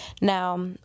Now